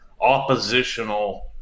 oppositional